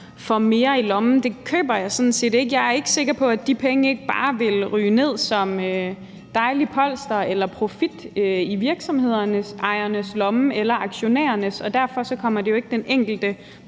får mere i lommen. Den køber jeg sådan set ikke. Jeg er ikke sikker på, at de penge ikke bare ville ryge ned som dejligt polster eller profit i virksomhedsejernes lommer eller i aktionærernes. Og derfor kommer det jo ikke den enkelte